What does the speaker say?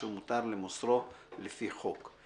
אשר מותר למסרו לפי החוק,".